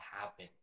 happen